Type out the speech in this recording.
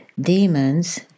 Demons